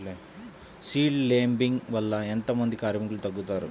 Seed లేంబింగ్ వల్ల ఎంత మంది కార్మికులు తగ్గుతారు?